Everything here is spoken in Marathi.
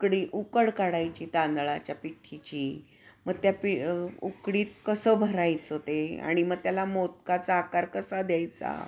उकडी उकड काढायची तांदळाच्या पिठीची म त्या पि उकडीत कसं भरायचं ते आणि मग त्याला मोदकाचा आकार कसा द्यायचा